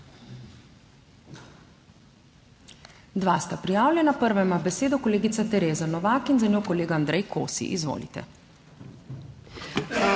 Dva sta prijavljena, prva ima besedo kolegica Tereza Novak in za njo kolega Andrej Kosi, izvolite.